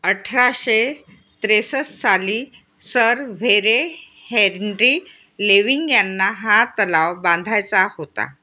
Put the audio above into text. अठराशे त्रेसष्ट साली सर व्हेरे हेनरी लेविंग यांना हा तलाव बांधायचा होता